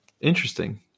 Interesting